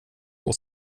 mot